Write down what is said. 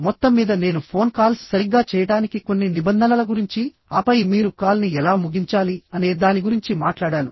మొత్తంమీద నేను phone calls సరిగ్గా చేయడానికి కొన్ని నిబంధనల గురించి ఆపై మీరు కాల్ని ఎలా ముగించాలి అనే దాని గురించి మాట్లాడాను